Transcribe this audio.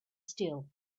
still